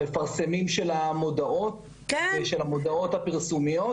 המפרסמים של המודעות הפרסומיות?